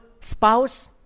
spouse